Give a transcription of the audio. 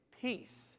peace